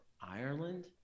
Ireland